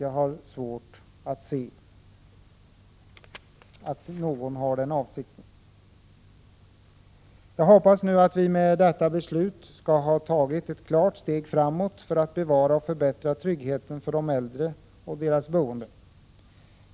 Jag har svårt att se att någon har den avsikten. Jag hoppas att vi med detta beslut skall ta ett klart steg framåt för att bevara och förbättra tryggheten för de äldre och deras boende.